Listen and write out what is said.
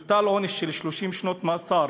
יוטל עונש של 30 שנות מאסר